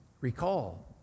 recall